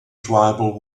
tribal